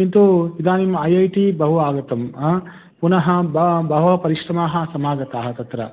किन्तु इदानीम् IIT बहु आगतं हा पुनः वा बहवः परिश्रमाः समागताः तत्र